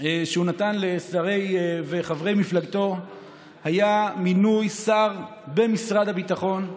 שהוא נתן לשרי ולחברי מפלגתו היה מינוי שר במשרד הביטחון,